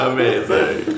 Amazing